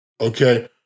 okay